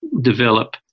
develop